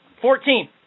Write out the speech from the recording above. Fourteen